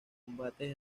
combates